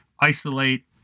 isolate